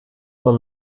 man